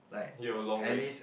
you have a long way